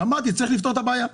אמרתי שצריך לפתור את הבעיה,